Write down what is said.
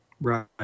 right